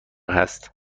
هست